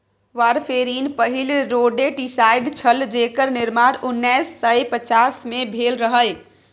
warfarin पहिल rodenticide छल जेकर निर्माण उन्नैस सय पचास मे भेल रहय